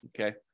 Okay